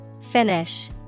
Finish